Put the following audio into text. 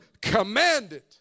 commanded